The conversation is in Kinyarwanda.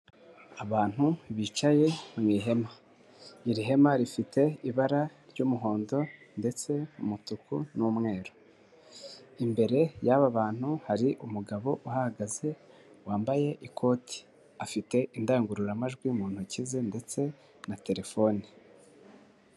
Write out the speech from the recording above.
Abantu bicaye mu ihema iri hema rifite ibara ry'umuhondo ndetse umutuku n'umweru imbere y'abantu hari umugabo uhagaze wambaye ikoti afite indangururamajwi mu ntoki ze ndetse na terefone.